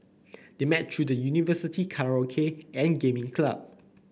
they met through the University karaoke and gaming club